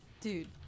Dude